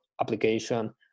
application